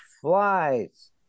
flies